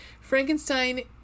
Frankenstein